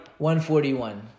141